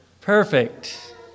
Perfect